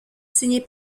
signé